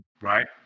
Right